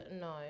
No